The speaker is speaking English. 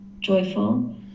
joyful